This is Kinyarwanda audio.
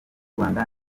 rwanda